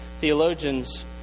theologians